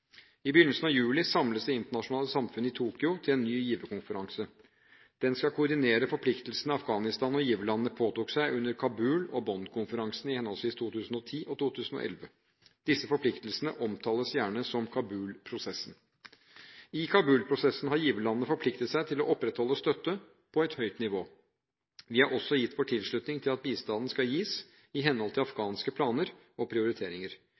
I begynnelsen av juli samles det internasjonale samfunnet i Tokyo til en ny giverkonferanse. Den skal konkretisere forpliktelsene Afghanistan og giverlandene påtok seg under Kabul- og Bonn-konferansene, i henholdsvis 2010 og 2011. Disse forpliktelsene omtales gjerne som Kabul-prosessen. I Kabul-prosessen har giverlandene forpliktet seg til å opprettholde støtte på et høyt nivå. Vi har også gitt vår tilslutning til at bistanden skal gis i henhold til afghanske planer og prioriteringer.